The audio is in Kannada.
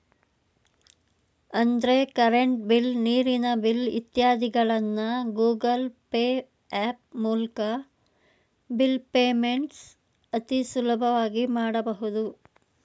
ಅಂದ್ರೆ ಕರೆಂಟ್ ಬಿಲ್, ನೀರಿನ ಬಿಲ್ ಇತ್ಯಾದಿಗಳನ್ನ ಗೂಗಲ್ ಪೇ ಹ್ಯಾಪ್ ಮೂಲ್ಕ ಬಿಲ್ ಪೇಮೆಂಟ್ಸ್ ಅತಿ ಸುಲಭವಾಗಿ ಮಾಡಬಹುದು